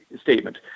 statement